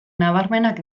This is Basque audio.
nabarmenak